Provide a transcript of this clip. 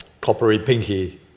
coppery-pinky